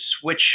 switch